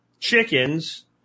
chickens